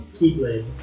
Keyblade